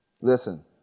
Listen